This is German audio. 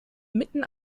mitten